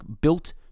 built